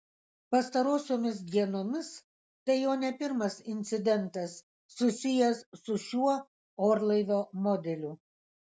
pastarosiomis dienomis tai jau ne pirmas incidentas susijęs su šiuo orlaivio modeliu